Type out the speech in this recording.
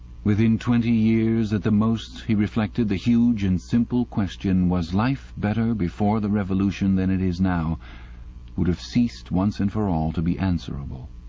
within twenty years at the most, he reflected, the huge and simple question, was life better before the revolution than it is now would have ceased once and for all to be answerable.